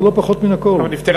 ולא פחות מן הכול.